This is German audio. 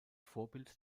vorbild